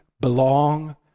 belong